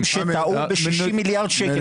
היא נתנה נתונים שטעו ב- 60 מיליארד שקל,